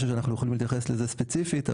שאנחנו יכולים להתייחס לזה ספציפית,